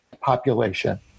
population